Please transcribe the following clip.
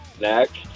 next